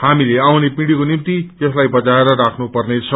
हामीले आउने पिंढीको निम् यसलाई बचाएर राख्नु पर्नेछ